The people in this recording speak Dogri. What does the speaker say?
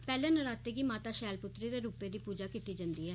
पैहले नराते गी माता दे शैलपुत्री रूप दी पूजा कीती जंदी ऐ